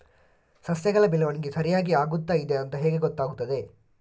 ಸಸ್ಯಗಳ ಬೆಳವಣಿಗೆ ಸರಿಯಾಗಿ ಆಗುತ್ತಾ ಇದೆ ಅಂತ ಹೇಗೆ ಗೊತ್ತಾಗುತ್ತದೆ?